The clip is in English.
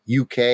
UK